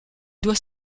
doit